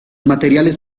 materiales